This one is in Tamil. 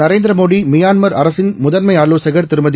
நரேந்திரமோடிமியான்மர் அரசுமுதன்மைஆலோசகர் திருமதி